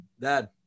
Dad